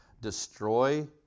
destroy